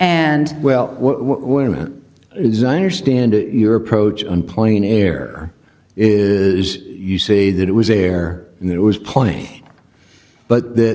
and well when it is understand your approach on playing air is you say that it was there and it was plenty but that